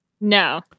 no